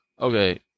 Okay